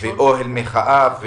ואוהל מחאה.